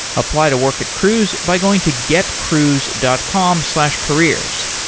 apply to work at cruise by going to getcruise dot com slash careers.